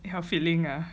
you feeling ah